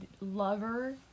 lover